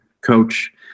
coach